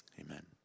Amen